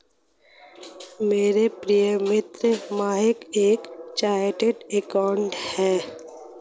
मेरी प्रिय मित्र महक एक चार्टर्ड अकाउंटेंट है